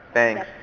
thanks.